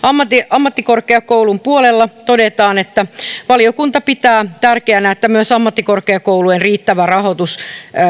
ammattikorkeakoulun puolella todetaan että valiokunta pitää tärkeänä että myös ammattikorkeakoulujen riittävä rahoitus